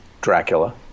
Dracula